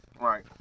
Right